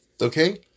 okay